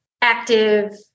active